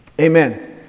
Amen